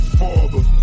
father